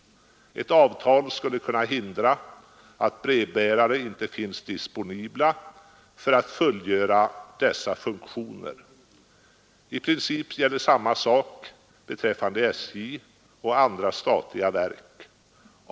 Ett avtal skulle kunna hindra att brevbärare finns disponibla för att fullgöra dessa funktioner. I princip gäller samma sak beträffande SJ och andra statliga verk.